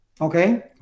Okay